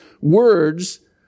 words